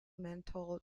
mental